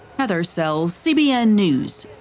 heather sells, cbn news.